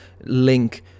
link